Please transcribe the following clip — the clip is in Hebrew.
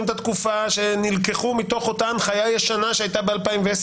את התקופה שנלקחו מתוך אותה הנחיה ישנה שהייתה ב-2010,